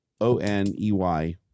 O-N-E-Y